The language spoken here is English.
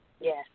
Yes